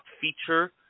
feature